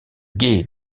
guet